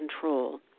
control